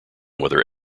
whether